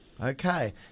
Okay